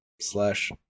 slash